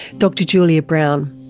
dr julia brown.